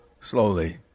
slowly